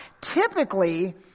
Typically